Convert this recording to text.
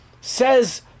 Says